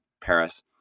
Paris